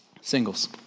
Singles